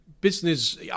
business